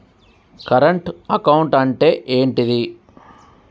Current account అంటే ఏంటిది?